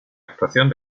actuación